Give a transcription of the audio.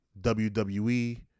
WWE